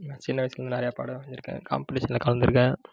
நான் சின்ன வயசுலேருந்து நிறையா படம் வரைஞ்சிருக்கேன் காம்படிஷனில் கலந்திருக்கேன்